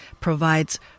provides